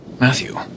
Matthew